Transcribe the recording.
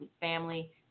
family